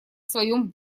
своем